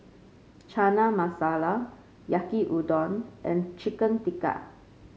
Chana Masala Yaki Udon and Chicken Tikka